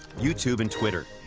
youtube and twitter.